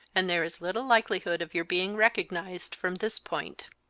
and there is little likelihood of your being recognized from this point.